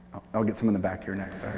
i'll get some of them back here next.